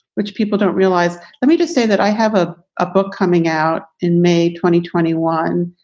which people don't realize. let me just say that i have ah a book coming out in may twenty twenty one.